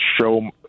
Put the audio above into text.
show